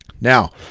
now